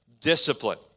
discipline